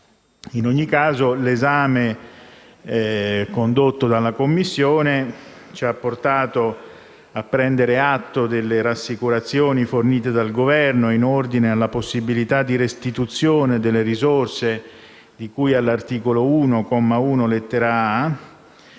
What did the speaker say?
In ogni caso, l'esame condotto dalla Commissione ci ha portato a prendere atto delle rassicurazioni fornite dal Governo in ordine alla possibilità di restituzione delle risorse di cui all'articolo 1, comma 1,